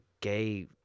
gay